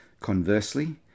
conversely